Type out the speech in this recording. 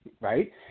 right